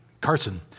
Carson